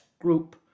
group